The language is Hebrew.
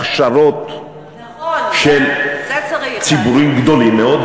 הכשרות של ציבורים גדולים מאוד.